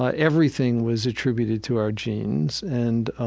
ah everything was attributed to our genes. and